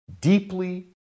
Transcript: deeply